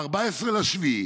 ב-14 ביולי,